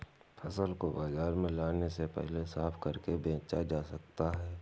फसल को बाजार में लाने से पहले साफ करके बेचा जा सकता है?